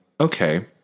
okay